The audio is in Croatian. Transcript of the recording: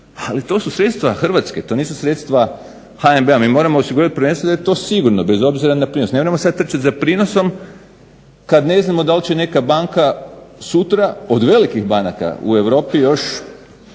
Ali to su sredstva Hrvatske, to nisu sredstva HNB-a mi moramo osigurati prvenstveno da je to sigurno bez obzira na prinos, ne možemo sada trčati za prinosom kada ne znamo da li će neka banka sutra od velikih banaka u Europi još